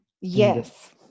Yes